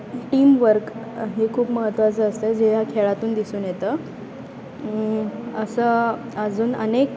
team work हे खूप महत्त्वाचं असतं जे ह्या खेळातून दिसून येतं असं अजून अनेक